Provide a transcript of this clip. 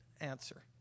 answer